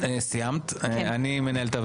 בנושא חדש,